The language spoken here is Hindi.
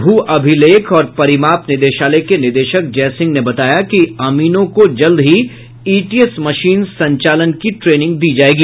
भू अभिलेख और परिमाप निदेशालय के निदेशक जय सिंह ने बताया कि अमीनों को जल्द ही ईटीएस मशीन संचालन की ट्रेनिंग दी जायेगी